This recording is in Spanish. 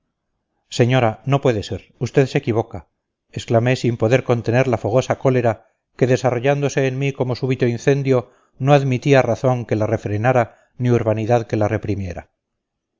señora no puede ser usted se equivoca exclamé sin poder contener la fogosa cólera que desarrollándose en mí como súbito incendio no admitía razón que la refrenara ni urbanidad que la reprimiera